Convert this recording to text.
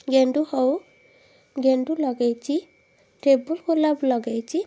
ଗେଣ୍ଡୁ଼ ହେଉ ଗେଣ୍ଡୁ଼ ଲଗେଇଛି ଟେବୁଲ୍ ଗୋଲାପ ଲଗେଇଛି